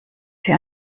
sie